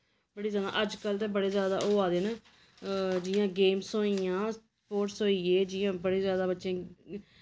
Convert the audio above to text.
बड़ी ज्यादा अज्जकल ते बड़ी ज्यादा होआ दे न जियां गेम्स होई गेइयां स्पोर्टस होई गे जियां बड़े ज्यादा बच्चे